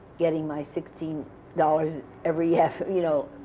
getting my sixteen dollars every half you know,